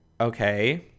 okay